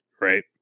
Right